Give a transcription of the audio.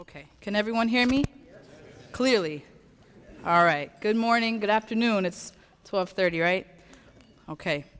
ok can everyone hear me clearly all right good morning good afternoon it's twelve thirty right ok